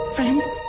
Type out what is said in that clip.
Friends